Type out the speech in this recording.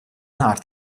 nar